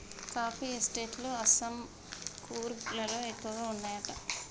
coffee estate లు అస్సాం, కూర్గ్ లలో ఎక్కువ వున్నాయట